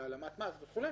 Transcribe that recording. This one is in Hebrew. להעלמת מס וכולי,